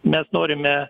mes norime